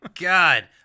God